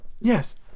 Yes